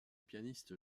pianiste